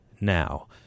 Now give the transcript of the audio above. now